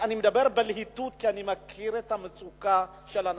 אני מדבר בלהיטות כי אני מכיר את המצוקה של האנשים.